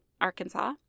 Arkansas